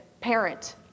parent